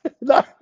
No